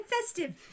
festive